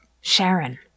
Sharon